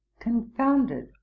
confounded